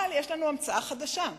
אבל יש לנו המצאה חדשה,